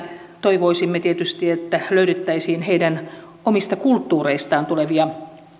toivoisimme että löydettäisiin heidän omista kulttuureistaan tulevia